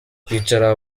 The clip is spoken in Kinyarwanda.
kwicara